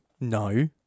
No